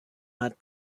matt